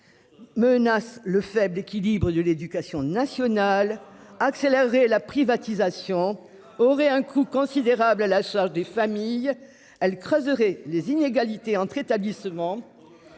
Menace le faible équilibres de l'éducation nationale accélérer la privatisation aurait un coût considérable à la charge des familles. Elle creuserait les inégalités entre établissements.